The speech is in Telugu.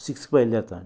సిక్స్కి బయలుదేరుతా